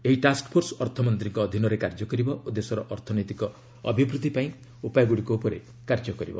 ଏହି ଟାସ୍କଫୋର୍ସ ଅର୍ଥମନ୍ତ୍ରୀଙ୍କ ଅଧୀନରେ କାର୍ଯ୍ୟ କରିବ ଓ ଦେଶର ଅର୍ଥନୈତିକ ଅଭିବୃଦ୍ଧି ପାଇଁ ଉପାୟଗୁଡ଼ିକ ଉପରେ କାର୍ଯ୍ୟ କରିବ